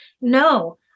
no